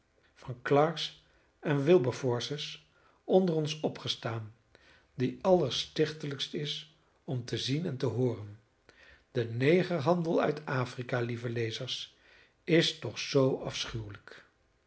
clarke's en wilberforce's onder ons opgestaan die allerstichtelijkst is om te zien en te hooren de negerhandel uit afrika lieve lezers is toch zoo afschuwelijk